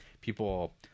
people